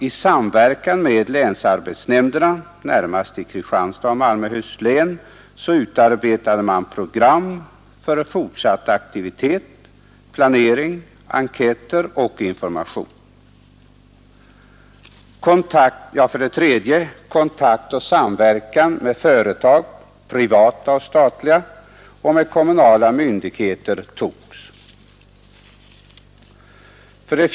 I samverkan med länsarbetsnämnderna, närmast i Kristianstads och Malmöhus län, utarbetade man program för fortsatt aktivitet, planering, enkäter och information. 3. Kontakt och samverkan upprättades med privata och statliga företag samt med kommunala myndigheter. 4.